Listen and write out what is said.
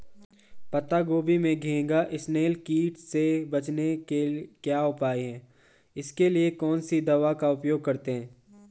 पत्ता गोभी में घैंघा इसनैल कीट से बचने के क्या उपाय हैं इसके लिए कौन सी दवा का प्रयोग करते हैं?